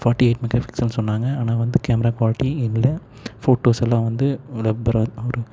forty eight mega பிக்சல்னு சொன்னாங்க ஆனால் வந்து கேமரா குவாலிட்டி இல்லை ஃபோட்டோஸ் எல்லாம் வந்து ஒரு